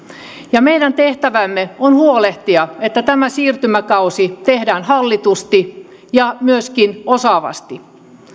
ja meidän tehtävämme on huolehtia että tämä siirtymäkausi tehdään hallitusti ja myöskin osaavasti